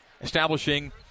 establishing